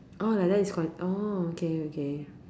orh like that is con~ orh okay okay